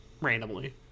randomly